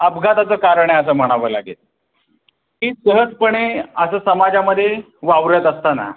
अपघाताचं कारण आहे असं म्हणावं लागेल की सहजपणे असं समाजामध्ये वावरत असताना